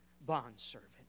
bondservant